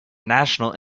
national